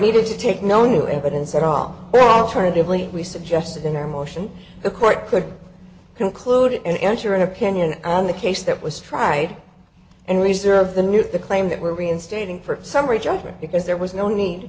needed to take no new evidence at all alternatively we suggested in our motion the court could conclude and ensure an opinion on the case that was tried and reserve the new claim that were reinstating for summary judgment because there was no need